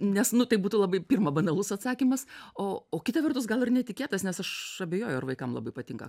nes nu tai būtų labai pirma banalus atsakymas o o kita vertus gal ir netikėtas nes aš abejoju ar vaikam labai patinka